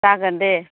जागोन दे